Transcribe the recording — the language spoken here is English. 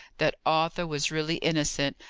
that arthur was really innocent,